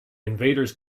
invaders